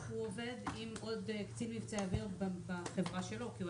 הוא עובד עם עוד קצין מבצעי אוויר בחברה שלו כי הוא